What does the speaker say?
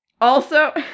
also-